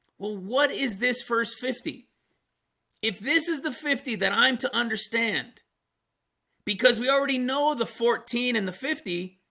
well, what is this first fifty if this is the fifty that i'm to understand because we already know the fourteen and the fifty